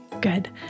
good